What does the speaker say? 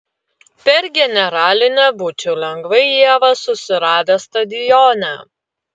per generalinę būčiau lengvai ievą susiradęs stadione